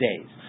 days